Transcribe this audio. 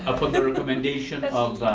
upon the recommendation of